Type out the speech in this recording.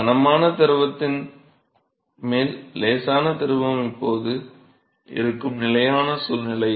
கனமான திரவத்தின் மேல் லேசான திரவம் இப்போது இருக்கும் நிலையான சூழ்நிலை